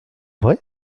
vrai